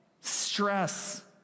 stress